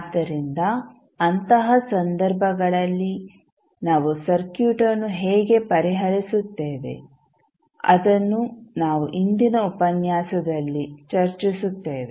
ಆದ್ದರಿಂದ ಅಂತಹ ಸಂದರ್ಭಗಳಲ್ಲಿ ನಾವು ಸರ್ಕ್ಯೂಟ್ ಅನ್ನು ಹೇಗೆ ಪರಿಹರಿಸುತ್ತೇವೆ ಅದನ್ನು ನಾವು ಇಂದಿನ ಉಪನ್ಯಾಸದಲ್ಲಿ ಚರ್ಚಿಸುತ್ತೇವೆ